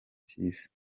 cy’isi